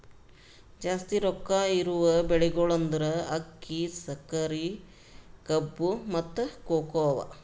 ಜಾಸ್ತಿ ರೊಕ್ಕಾ ಇರವು ಬೆಳಿಗೊಳ್ ಅಂದುರ್ ಅಕ್ಕಿ, ಸಕರಿ, ಕಬ್ಬು, ಮತ್ತ ಕೋಕೋ ಅವಾ